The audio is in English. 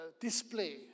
display